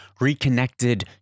reconnected